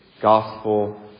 gospel